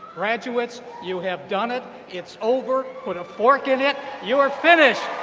graduates you have done it, it's over, put a fork in it, you're finished.